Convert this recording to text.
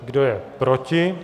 Kdo je proti?